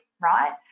right